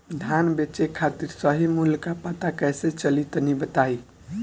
धान बेचे खातिर सही मूल्य का पता कैसे चली तनी बताई?